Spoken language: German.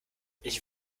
ich